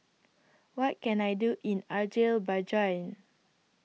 What Can I Do in Azerbaijan